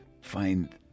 find